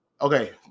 okay